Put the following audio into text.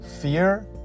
fear